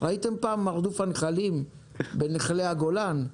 ראיתם פעם הרדוף הנחלים בנחלי הגולן?